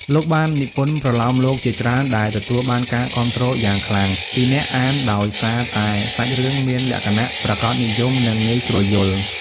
លោកបាននិពន្ធប្រលោមលោកជាច្រើនដែលទទួលបានការគាំទ្រយ៉ាងខ្លាំងពីអ្នកអានដោយសារតែសាច់រឿងមានលក្ខណៈប្រាកដនិយម និងងាយស្រួលយល់។